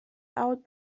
out